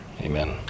amen